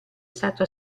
stato